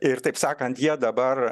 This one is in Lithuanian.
ir taip sakant jie dabar